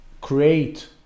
create